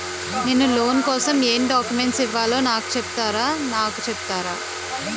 నేను లోన్ కోసం ఎం డాక్యుమెంట్స్ ఇవ్వాలో నాకు చెపుతారా నాకు చెపుతారా?